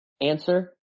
answer